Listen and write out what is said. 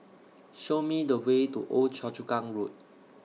Show Me The Way to Old Choa Chu Kang Road